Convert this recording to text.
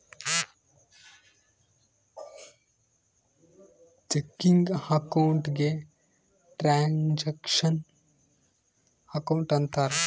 checking account ಗೆ transaction account ಅಂತಾರ